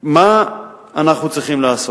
מה אנחנו צריכים לעשות?